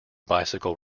bicycle